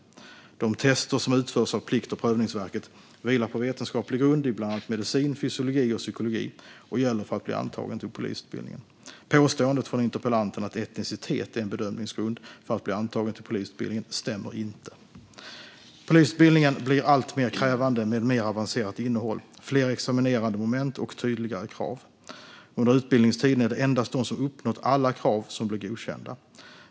De tester som utförs av Plikt och prövningsverket vilar på vetenskaplig grund i bland annat medicin, fysiologi och psykologi och gäller för att bli antagen till polisutbildningen. Påståendet från interpellanten att etnicitet är en bedömningsgrund för att bli antagen till polisutbildningen stämmer inte. Polisutbildningen blir alltmer krävande med mer avancerat innehåll, fler examinerande moment och tydligare krav. Under utbildningstiden är det endast de som uppnått alla krav som blir godkända.